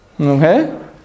Okay